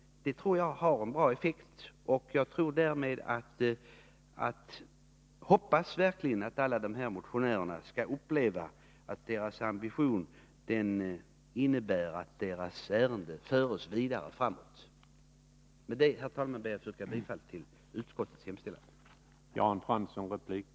Det tror jag har en bra effekt, och jag hoppas verkligen att alla de här motionärerna skall uppleva att deras ambition innebär att ärendet förs framåt. Med detta, herr talman, ber jag att få yrka bifall till utskottets hemställan.